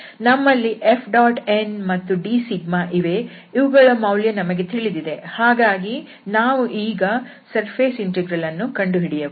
ನಮ್ಮಲ್ಲಿ Fnಮತ್ತು dσ ಇವೆ ಇವುಗಳ ಮೌಲ್ಯ ನಮಗೆ ತಿಳಿದಿದೆ ಹಾಗಾಗಿ ನಾವು ಈಗ ಸರ್ಫೇಸ್ ಇಂಟೆಗ್ರಲ್ ಅನ್ನು ಕಂಡುಹಿಡಿಯಬಹುದು